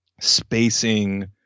spacing